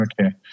Okay